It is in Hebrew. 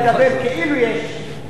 אפשר לדבר כאילו יש,